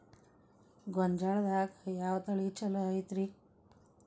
ಗೊಂಜಾಳದಾಗ ಯಾವ ತಳಿ ಛಲೋ ಐತ್ರಿ?